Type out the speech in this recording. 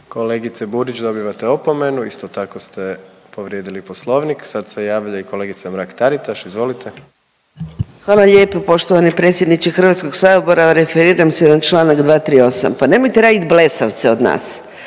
Kolegice Burić, dobivate opomenu, isto tako ste povrijedili poslovnik. Sad se javlja i kolegica Mrak-Taritaš, izvolite. **Mrak-Taritaš, Anka (GLAS)** Hvala lijepo poštovani predsjedniče HS. Referiram se na čl. 238., pa nemojte radit blesavce od nas.